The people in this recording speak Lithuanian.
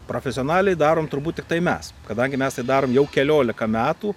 profesionaliai darom turbūt tiktai mes kadangi mes tai darom jau keliolika metų